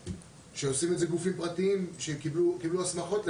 שעושים את זה גופים פרטיים שהם קיבלו הסמכות לכך.